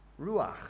ruach